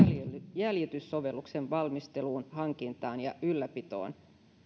jäljityssovelluksen valmisteluun hankintaan ja ylläpitoon